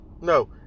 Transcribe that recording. No